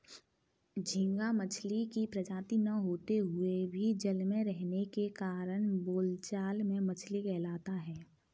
झींगा मछली की प्रजाति न होते हुए भी जल में रहने के कारण बोलचाल में मछली कहलाता है